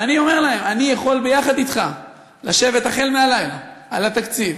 ואני אומר להם: אני יכול יחד אתך לשבת מהלילה על התקציב,